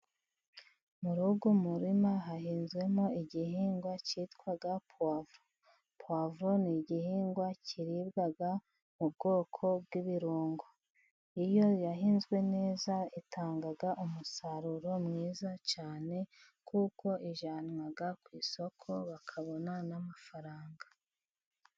Mri uyu murima hahinzwemo igihingwa cyitwa puwavuro, puwavuro ni igihingwa kiribwa mu bwoko bw'ibirungo, iyo yahinzwe neza yatanga umusaruro mwiza cyane, kuko ijyanwa ku isoko bakabona n'amafaranga.